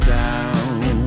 down